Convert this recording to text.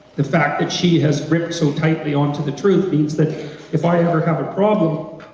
the fact that she has gripped so tightly onto the truth means that if i ever have a problem,